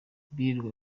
birirwa